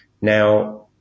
now